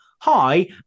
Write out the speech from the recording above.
hi